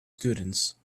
students